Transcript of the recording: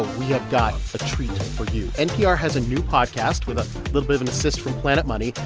we have got a treat for you. npr has a new podcast with a little bit of an assist from planet money.